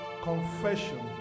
confession